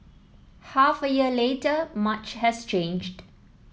half a year later much has changed